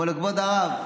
אומר לו: כבוד הרב,